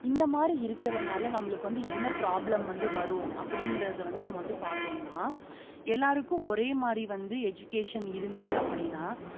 இந்தமாதிரி இருக்கிறனால நம்மளுக்கு வந்து என்ன ப்ராப்ளம் வந்து வரும் அப்படிங்கிறத வந்து நம்ம வந்து பார்த்தோன்னா எல்லோருக்கும் ஒரே மாதிரி வந்து எஜுகேஷன் இருந்தது அப்படின்னா